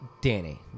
Danny